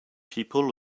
people